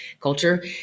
culture